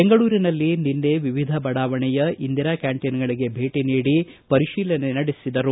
ಬೆಂಗಳೂರಿನಲ್ಲಿ ನಿನ್ನೆ ವಿವಿಧ ಬಡಾವಣೆಯ ಇಂದಿರಾ ಕ್ಕಾಂಟೀನ್ಗಳಿಗೆ ಭೇಟಿ ನೀಡಿ ಪರಿಶೀಲನೆ ನಡೆಸಿದರು